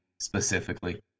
specifically